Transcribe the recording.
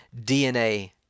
DNA